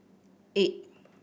eight